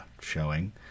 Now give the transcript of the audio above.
showing